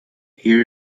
here